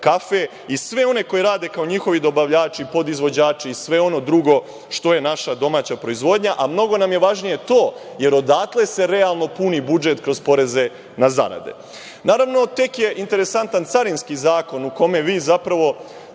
kafe i sve one koji rade kao njihovi dobavljači, podizvođači i sve ono drugo što je naša domaća proizvodnja, a mnogo nam je važnije to jer odatle se realno puni budžet kroz poreze na zarade. Naravno, tek je interesantan Carinski zakon u kome vi zapravo,